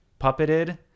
puppeted